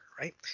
Right